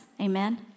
Amen